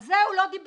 על זה הוא לא דיבר,